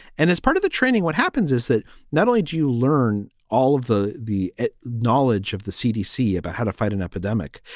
and as part of the training, what happens is that not only do you learn all of the the knowledge of the cdc about how to fight an epidemic,